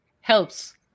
helps